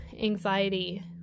anxiety